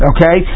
Okay